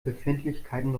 befindlichkeiten